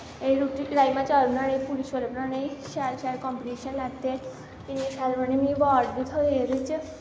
एह् रुट्टी राजमा चावल बनाने पूड़ी छोल्ले बनाने शैल शैल कंपिटिशन लैत्ते इन्ने शैल मड़ो मिगी आबार्ड़ बी थ्होऐ एह्दे च